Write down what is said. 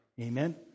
Amen